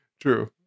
True